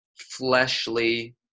fleshly